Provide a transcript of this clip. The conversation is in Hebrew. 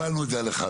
הגבלנו את זה לאחד.